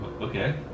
okay